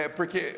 Porque